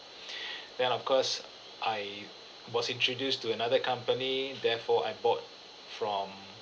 then of course I was introduced to another company therefore I bought from